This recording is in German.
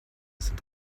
sind